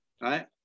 right